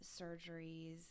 surgeries